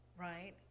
right